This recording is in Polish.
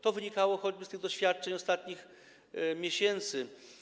To wynikało choćby z tych doświadczeń ostatnich miesięcy.